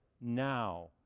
now